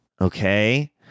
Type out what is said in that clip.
Okay